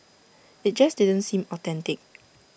IT just didn't seem authentic